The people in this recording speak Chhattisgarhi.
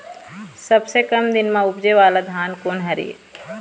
सबसे कम दिन म उपजे वाला धान कोन हर ये?